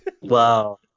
wow